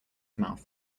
mouth